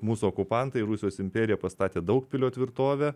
mūsų okupantai rusijos imperija pastatė daugpilio tvirtovę